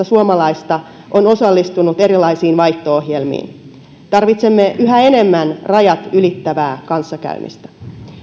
suomalaista on osallistunut erilaisiin vaihto ohjelmiin tarvitsemme yhä enemmän rajat ylittävää kanssakäymistä